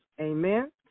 Amen